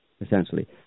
essentially